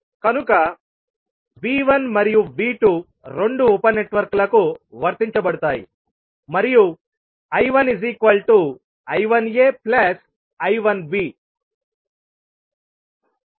కనుక V1 మరియు V2 రెండు ఉప నెట్వర్క్లకు వర్తించబడతాయి మరియు I1I1aI1b